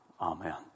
Amen